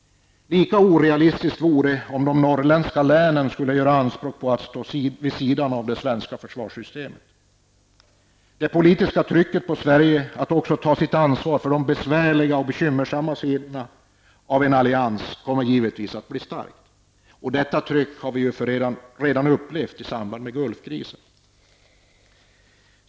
Lika orealistiskt vore det om Norrlandslänen gjorde anspråk på att få vid sidan av det svenska försvarssystemet. Det politiska trycket på Sverige, i den meningen att också Sverige tar sitt ansvar för de besvärliga och bekymmersamma sidorna av alliansen, kommer givetvis att bli starkt. Detta tryck har vi för övrigt redan upplevt i samband med Gulfkrisen.